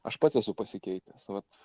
aš pats esu pasikeitęs vat